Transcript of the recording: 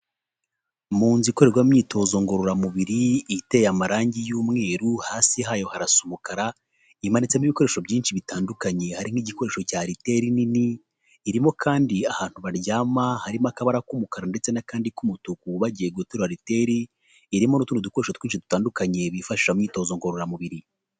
Mu nzu ikorerwa imyitozo ngororamubiri iteye amarangi y'umweru, hasi hayo harasa umukara, imanitsemo ibikoresho byinshi bitandukanye harimo igikoresho cya ariteri nini, irimo kandi ahantu baryama harimo akabara k'umukara ndetse n'akandi k'umutuku bagiye guterura ariteri, irimo n'utundi dukoresho twinshi dutandukanye bifashisha mu imyitozo ngororamubiri.